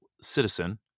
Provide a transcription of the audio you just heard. citizen